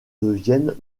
deviennent